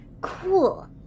Cool